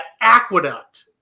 Aqueduct